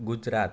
Gujarat